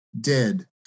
dead